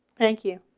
thank you